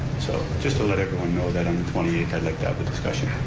so, just to let everyone know that on the twenty eighth i'd like to have the discussion.